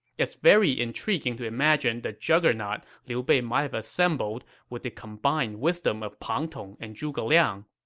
it's very intriguing to imagine the juggernaut liu bei might have assembled with the combined wisdom of pang tong and zhuge liang.